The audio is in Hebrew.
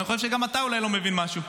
יכול להיות שגם אתה אולי לא מבין משהו.